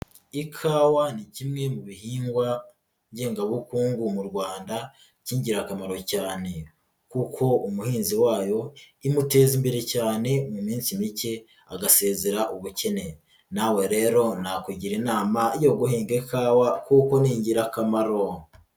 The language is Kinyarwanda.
Ikawa ni kimwe mu bihingwa ngengabukungu mu Rwanda k'ingirakamaro cyane kuko umuhinzi wayo imuteza imbere cyane mu minsi mike agasezera ubukene, nawe rero nakugira inama yo guhinga ikawa kuko ni ingirakamaro.